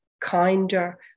kinder